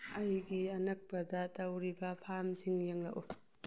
ꯑꯩꯒꯤ ꯑꯅꯛꯄꯗ ꯇꯧꯔꯤꯕ ꯐꯥꯝꯁꯤꯡ ꯌꯦꯡꯂꯛꯎ